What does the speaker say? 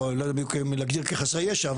או לא יודע בדיוק אם להגדיר כחסרי ישע,